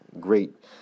great